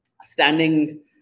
standing